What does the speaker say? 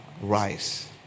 rise